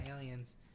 aliens